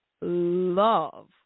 love